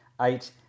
eight